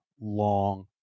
long